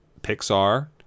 Pixar